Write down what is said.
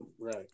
Right